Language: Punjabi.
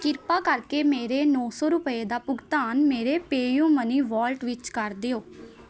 ਕਿਰਪਾ ਕਰਕੇ ਮੇਰੇ ਨੌ ਸੌ ਰੁਪਏ ਦਾ ਭੁਗਤਾਨ ਮੇਰੇ ਪੇਅਯੂਮਨੀ ਵਾਲਟ ਵਿੱਚ ਕਰ ਦਿਓ